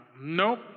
Nope